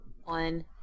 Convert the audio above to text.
One